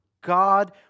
God